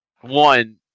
one